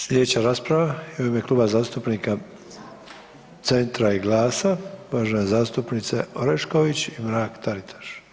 Sljedeća rasprava je u ime Kluba zastupnika Centra i GLAS-a uvažene zastupnice Orešković i Mrak Taritaš.